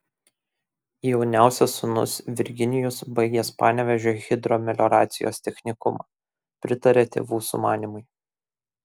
jauniausias sūnus virginijus baigęs panevėžio hidromelioracijos technikumą pritarė tėvų sumanymui